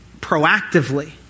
proactively